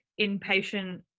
inpatient